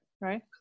right